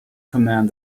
command